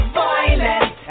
violent